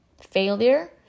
failure